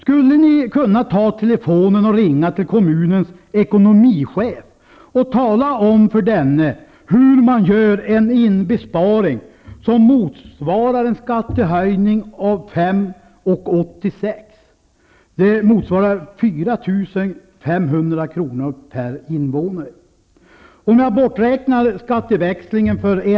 Skulle ni kunna ta telefonen och ringa till kommunens ekonomichef och tala om för honom hur man gör en inbesparing som motsvarar en skatt av 5,86. Det motsvarar 4 500 kr. per invånare. kr.